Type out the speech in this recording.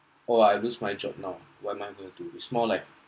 oh I lose my job now what am I going to it's more like